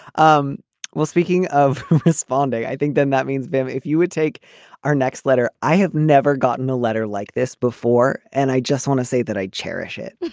um well speaking of responding i think then that means that but um if you would take our next letter i have never gotten a letter like this before. and i just want to say that i cherish it